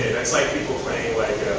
that's like people playing like